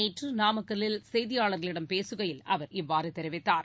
நேற்றுநாமக்கல்லில் செய்தியாளர்களிடம் பேசுகையில் அவர் இவ்வாறுதெரிவித்தார்